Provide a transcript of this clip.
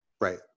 Right